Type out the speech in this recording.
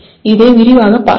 இதை விரைவாகப் பார்ப்போம்